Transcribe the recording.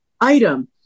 item